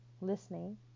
listening